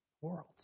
worlds